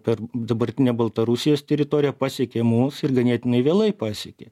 per dabartinę baltarusijos teritoriją pasiekė mus ir ganėtinai vėlai pasiekė